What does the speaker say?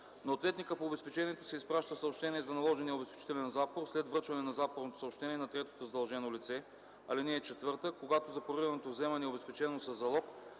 На ответника по обезпечението се изпраща съобщение за наложения обезпечителен запор след връчване на запорното съобщение на третото задължено лице. (4) Когато запорираното вземане е обезпечено със залог,